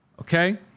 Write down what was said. Okay